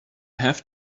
have